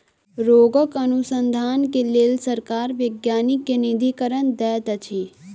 रोगक अनुसन्धान के लेल सरकार वैज्ञानिक के निधिकरण दैत अछि